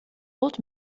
old